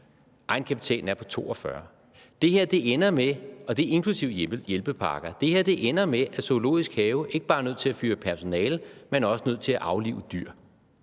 Egenkapitalen er på 42 mio kr. Det her ender med, og det er inklusive hjælpepakker, at Zoologisk Have ikke bare er nødt til at fyre personale, men også er nødt til at aflive dyr.